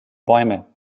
bäume